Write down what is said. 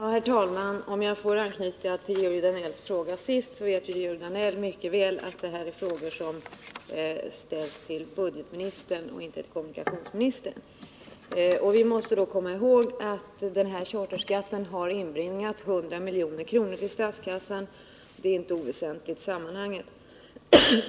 Herr talman! Jag vill anknyta till Georg Danells fråga i slutet av hans anförande. Georg Danell vet mycket väl att det är en fråga som bör ställas till budgetministern och inte till kommunikationsministern. Vi måste komma ihåg att denna charterskatt har inbringat 100 milj.kr. till statskassan — det är inte oväsentligt i sammanhanget.